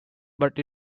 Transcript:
but